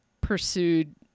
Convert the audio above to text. pursued